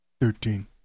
Thirteen